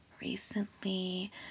recently